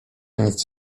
nic